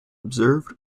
observed